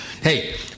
Hey